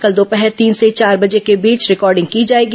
कल दोपहर तीन से चार बजे के बीच रिकॉर्डिंग की जाएगी